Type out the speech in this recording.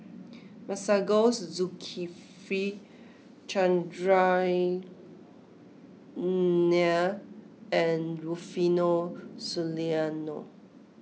Masagos Zulkifli Chandran Nair and Rufino Soliano